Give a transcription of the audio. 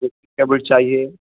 کیبٹ چاہیے